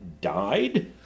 died